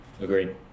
Agreed